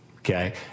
Okay